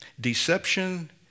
Deception